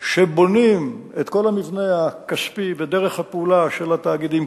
שבונים את כל המבנה הכספי בדרך הפעולה של התאגידים,